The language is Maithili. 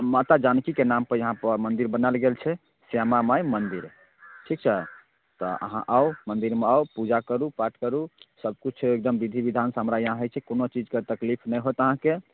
माता जानकीके नामपर यहाँपर मन्दिर बनाएल गेल छै श्यामा माइ मन्दिर ठीक छै तऽ अहाँ आउ मन्दिरमे आउ पूजा करू पाठ करू सभकिछु एकदम विधि विधानसँ हमरा यहाँ होइ छै कोनो चीजके तकलीफ नहि होयत अहाँकेँ